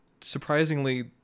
surprisingly